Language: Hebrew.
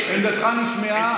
עמדתך נשמעה.